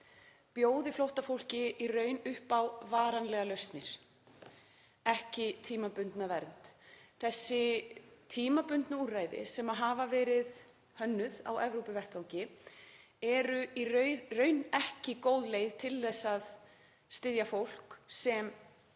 bjóði flóttafólki í raun upp á varanlegar lausnir, ekki tímabundna vernd. Þessi tímabundnu úrræði sem hafa verið hönnuð á Evrópuvettvangi eru í raun ekki góð leið til að styðja fólk sem